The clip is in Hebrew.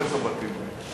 קומץ הבתים האלה.